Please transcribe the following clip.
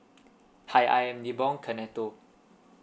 hi I am nibong kenato